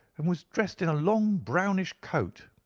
and was dressed in a long, brownish coat.